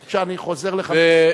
בבקשה, אני חוזר לכוון.